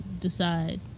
decide